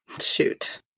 Shoot